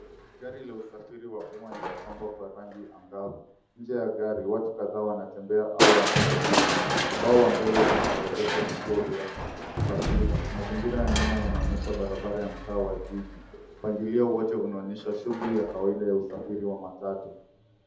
Gari la usafiri wa umma limepambwa kwa rangi angavu, nje ya gari, watu kadhaa wanatembea au wanasubiri. Ubao wa mbele una orodhesha vituo vya usafiri. Mazingira ya nyuma yanaonyesha barabara ya mtaa wa jiji. Mpangilio wote unaonyesha shughuli ya kawaida ya usafiri wa matatu.